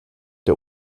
der